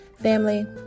Family